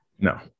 No